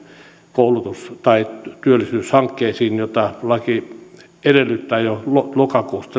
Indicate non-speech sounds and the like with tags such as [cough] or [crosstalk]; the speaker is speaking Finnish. koulutus tai työllisyyshankkeisiin joihin laki edellyttää jo lokakuusta [unintelligible]